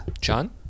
john